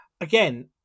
again